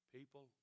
People